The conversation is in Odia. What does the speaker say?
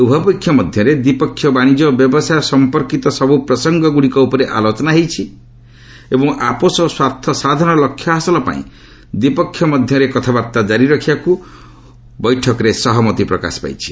ଉଭୟ ପକ୍ଷ ମଧ୍ୟରେ ଦ୍ୱିପକ୍ଷୀୟ ବାଣିଜ୍ୟ ଓ ବ୍ୟବସାୟ ସମ୍ପର୍କିତ ସବୁ ପ୍ରସଙ୍ଗଗୁଡ଼ିକ ଉପରେ ଆଲୋଚନା ହୋଇଛି ଏବଂ ଆପୋଷ ସ୍ୱାର୍ଥସାଧନ ଲକ୍ଷ୍ୟ ହାସଲ ପାଇଁ ଦ୍ୱିପକ୍ଷ ମଧ୍ୟରେ କଥାବାର୍ତ୍ତା ଜାରି ରଖିବାକୁ ବୈଠକରେ ସହମତି ପ୍ରକାଶ ପାଇଛି